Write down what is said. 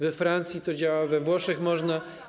We Francji to działa, we Włoszech można.